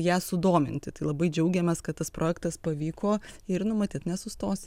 ją sudominti tai labai džiaugiamės kad tas projektas pavyko ir nu matyt nesustos